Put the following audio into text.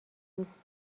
دوست